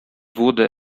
wurde